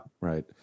right